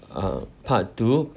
uh part two